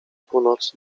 północ